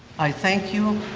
i thank you.